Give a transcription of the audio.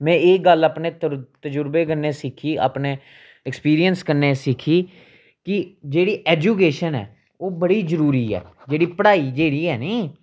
में एह् गल्ल अपने तजुर्बे कन्नै सिक्खी अपने ऐक्सपिरिंयस कन्नै सिक्खी कि जेह्ड़ी ऐजुकेशन ऐ ओह् बड़ी जरूरी ऐ जेह्ड़ी पढ़ाई जेह्ड़ी ऐ नी